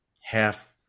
half